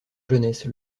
jeunesse